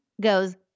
goes